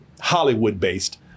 Hollywood-based